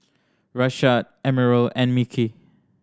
Rashad Emerald and Mickey